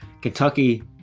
Kentucky